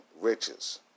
riches